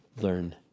learn